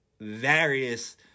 various